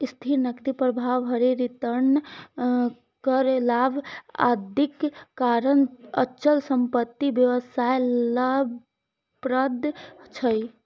स्थिर नकदी प्रवाह, भारी रिटर्न, कर लाभ, आदिक कारण अचल संपत्ति व्यवसाय लाभप्रद छै